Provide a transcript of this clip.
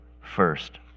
first